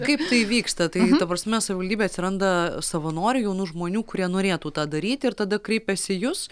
kaip tai vyksta tai ta prasme savivaldybėj atsiranda savanorių jaunų žmonių kurie norėtų tą daryti ir tada kreipiasi į jus